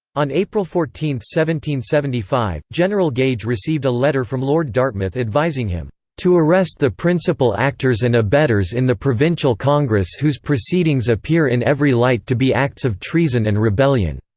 on april fourteen, one seventy five, general gage received a letter from lord dartmouth advising him to arrest the principal actors and abettors in the provincial congress whose proceedings appear in every light to be acts of treason and rebellion.